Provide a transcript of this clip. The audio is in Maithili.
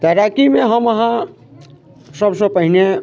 तैराकीमे हम अहाँ सभ सॅं पहिने